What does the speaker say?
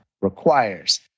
requires